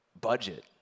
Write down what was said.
budget